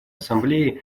ассамблеи